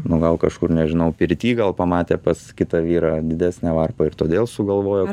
nu gal kažkur nežinau pirty gal pamatė pas kitą vyrą didesnę varpą ir todėl sugalvojo